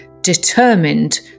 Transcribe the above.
determined